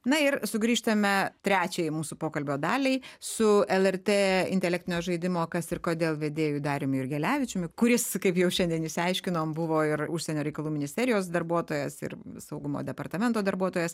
na ir sugrįžtame trečiajai mūsų pokalbio daliai su lrt intelektinio žaidimo kas ir kodėl vedėju darium jurgelevičiumi kuris kaip jau šiandien išsiaiškinom buvo ir užsienio reikalų ministerijos darbuotojas ir saugumo departamento darbuotojas